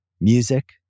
music